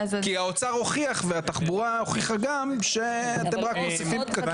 כי האוצר הוכיח והתחבורה הוכיחה גם שאתם רק מוסיפים פקקים.